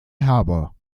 harbor